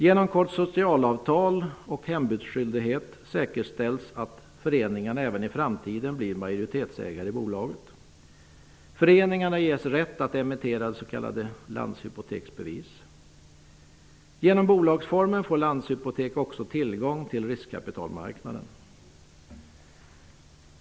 Genom konsortialavtal och hembudsskyldighet säkerställs att föreningarna även i framtiden blir majoritetsägare i bolaget. --Genom bolagsformen får Landshypotek också tillgång till riskkapitalmarknaden.